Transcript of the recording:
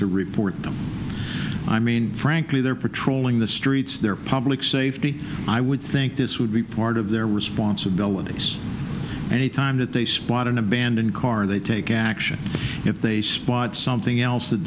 to report them i mean frankly they're patrolling the streets their public safety i would think this would be part of their responsibilities any time that they spot an abandoned car or they take action if they spot something else that